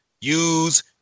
use